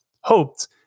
hoped